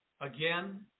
again